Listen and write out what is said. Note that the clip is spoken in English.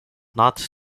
not